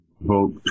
vote